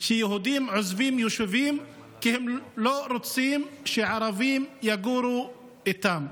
שיהודים עוזבים יישובים כי הם לא רוצים שערבים יגורו איתם.